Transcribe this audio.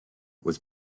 was